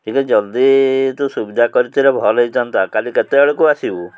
ଟିକେ ଜଲ୍ଦି ତୁ ସୁବିଧା କରିଥିଲି ଭଲ ହେଇଥାନ୍ତା କାଲି କେତେବେଳକୁ ଆସିବୁ